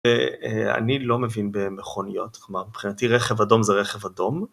ואני לא מבין במכוניות, כלומר מבחינתי רכב אדום זה רכב אדום.